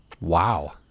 wow